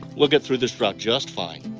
we'll get through this drought just fine.